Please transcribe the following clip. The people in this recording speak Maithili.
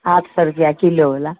आठ सए रुपआ किलो बला